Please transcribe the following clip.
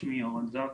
שמי אורן זק.